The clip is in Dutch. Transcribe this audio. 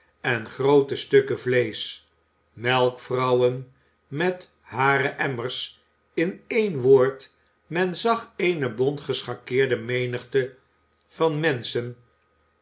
en groote stukken vleesch melkvrouwen met hare emmers in een woord men zag eene bontgeschakeerde menigte van menschen